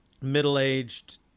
middle-aged